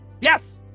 Yes